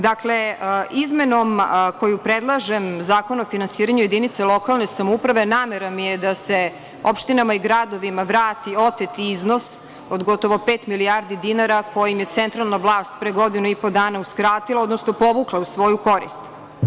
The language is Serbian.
Dakle, izmenom koju predlažem Zakona o finansiranju jedinice lokalne samouprave, namera mi je da se opštinama i gradovima vrati otet iznos od gotovo pet milijardi dinara, koje im je centralna vlast pre godinu i po dana uskratila, odnosno povukla u svoju korist.